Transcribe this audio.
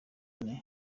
bane